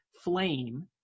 flame